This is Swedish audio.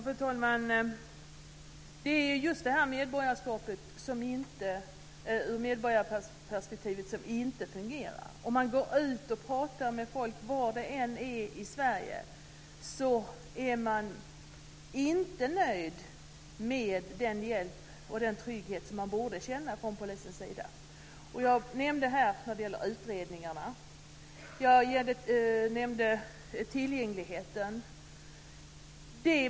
Fru talman! Det är just medborgarperspektivet som inte fungerar. Om man går ut och pratar med folk, var det än är i Sverige, upptäcker man att de inte är nöjda med den hjälp och den trygghet de borde känna att de får från polisens sida. Jag nämnde utredningarna, jag nämnde tillgängligheten.